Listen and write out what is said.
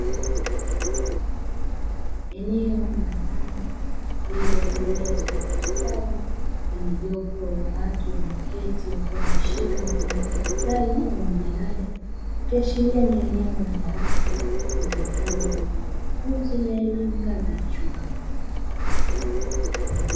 Eneo la ndani liliotengenezwa kwa ustadi lenye jopo la watu wameketi, wakiwa wameshika mfano wa madaftari au majalada; ikiashiria ni eneo la darasa litumikalo kwa ajili ya mafunzo ya elimu ngazi ya chuo.